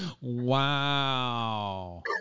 Wow